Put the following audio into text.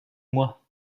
moi